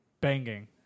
banging